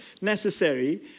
necessary